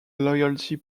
loyalty